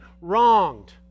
wronged